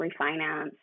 refinance